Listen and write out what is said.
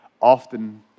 often